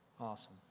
Awesome